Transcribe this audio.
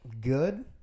good